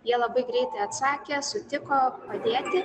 jie labai greitai atsakė sutiko padėti